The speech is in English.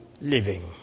living